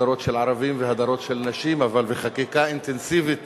הדרות של ערבים והדרות של נשים, וחקיקה אינטנסיבית